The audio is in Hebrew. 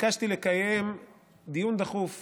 ביקשתי לקיים דיון דחוף